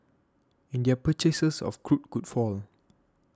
and their purchases of crude could fall